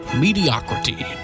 mediocrity